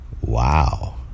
Wow